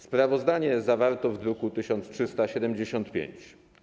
Sprawozdanie zawarto w druku nr 1375.